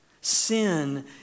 Sin